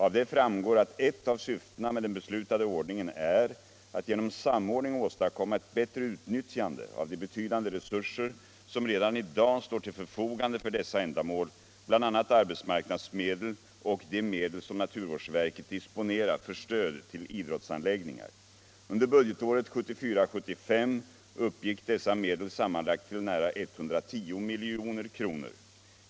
Av det framgår att ett av syftena med den beslutade ordningen är att genom samordning åstadkomma ett bättre utnyttjande av de betydande resurser som redan i dag står till förfogande för dessa ändamål, bl.a. arbetsmarknadsmedel och de medel som naturvårdsverket disponerar för stöd till idrottsanläggningar. Under budgetåret 1974/75 uppgick dessa medel sammanlagt till nära 110 milj.kr.